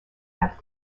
have